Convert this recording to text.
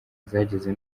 zageze